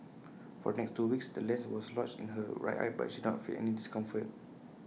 for the next two weeks the lens was lodged in her right eye but she did not feel any discomfort